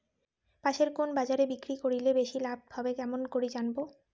পাশের কুন বাজারে বিক্রি করিলে বেশি লাভ হবে কেমন করি জানবো?